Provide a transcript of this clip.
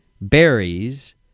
berries